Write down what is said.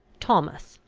thomas,